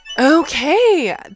Okay